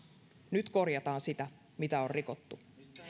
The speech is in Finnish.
nyt korjataan sitä mitä on rikottu